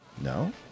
No